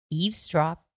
eavesdrop